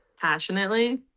passionately